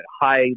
high